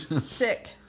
Sick